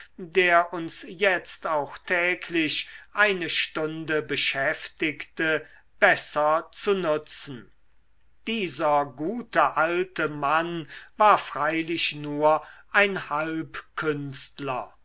der uns jetzt auch täglich eine stunde beschäftigte besser zu nutzen dieser gute alte mann war freilich nur ein